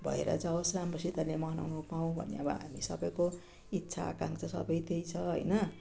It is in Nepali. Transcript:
भएर जाओस् राम्रोसितले मनाउन पाउँ भन्ने अब हामी सबैको इच्छा आकाङ्क्षा सबै त्यही छ होइन